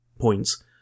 points